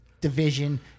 division